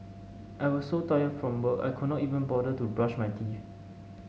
I was so tired from work I could not even bother to brush my teeth